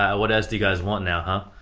ah what else do you guys want now, huh?